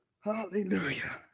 hallelujah